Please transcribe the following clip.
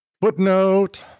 Footnote